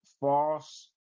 false